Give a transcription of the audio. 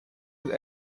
with